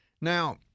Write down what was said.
Now